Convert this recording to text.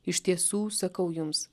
iš tiesų sakau jums